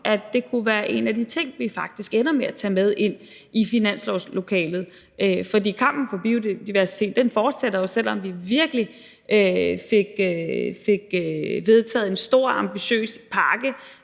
at det kunne være en af de ting, som vi faktisk ender med at tage med ind i finanslovsforhandlingslokalet, for kampen for biodiversitet fortsætter jo. Selv om vi virkelig fik vedtaget en stor, ambitiøs pakke,